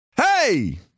Hey